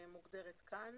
מוגדרת כאן.